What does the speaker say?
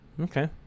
Okay